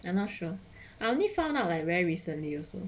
I'm not sure I only found out like very recently only